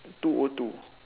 two O two